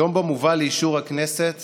יום שבו מובא לאישור הכנסת